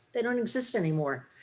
they don't exist anymore.